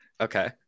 Okay